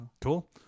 cool